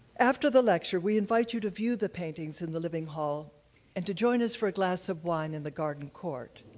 after the lecture, we invite you to view the paintings in the living hall and to join us for a glass of wine in the garden court.